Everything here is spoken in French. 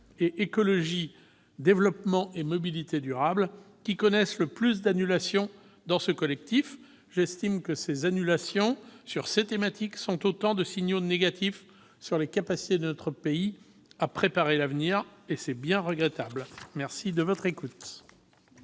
et « Écologie, développement et mobilité durable » qui subissent le plus d'annulations dans ce collectif. J'estime que les annulations sur ces thématiques sont autant de signaux négatifs sur les capacités de notre pays à préparer l'avenir, et c'est bien regrettable ! La parole